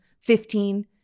Fifteen